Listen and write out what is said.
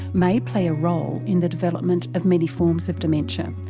may play a role in the development of many forms of dementia,